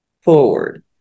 forward